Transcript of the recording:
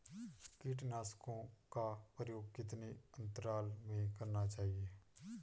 कीटनाशकों का प्रयोग कितने अंतराल में करना चाहिए?